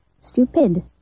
stupid